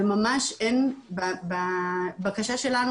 צריכים שם את האנשים הכי טובים וממש אין בבקשה שלנו